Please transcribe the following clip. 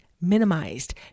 minimized